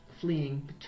fleeing